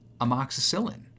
amoxicillin